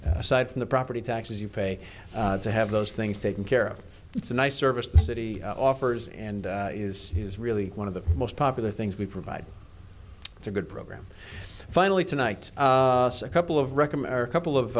cost aside from the property taxes you pay to have those things taken care of it's a nice service the city offers and is really one of the most popular things we provide it's a good program finally tonight a couple of recommend a couple of